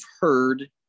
heard